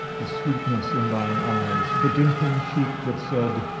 the sweetness in thine eyes, the dimpling cheek that said,